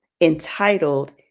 entitled